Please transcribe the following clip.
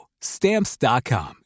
stamps.com